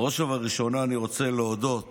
בראש ובראשונה אני רוצה להודות